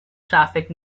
traffic